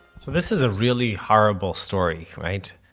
so this is a really horrible story, right?